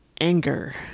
anger